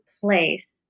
place